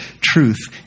truth